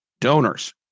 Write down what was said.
donors